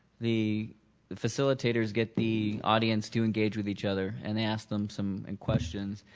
the facilitators get the audience to engage with each other and they ask them some and questions.